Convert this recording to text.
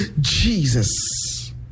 Jesus